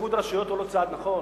שאיחוד רשויות הוא לא צעד נכון?